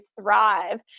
thrive